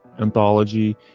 anthology